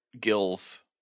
gills